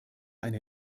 eine